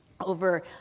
over